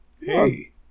Hey